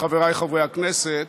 חבריי חברי הכנסת,